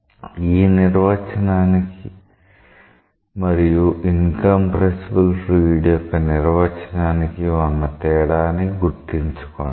ఈ నిర్వచనానికి మరియు ఇన్కంప్రెసిబుల్ ఫ్లూయిడ్ యొక్క నిర్వచనానికి ఉన్న తేడాని గుర్తుంచుకోండి